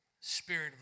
spirit